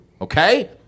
okay